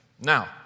Now